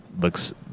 looks